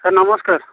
sir ନମସ୍କାର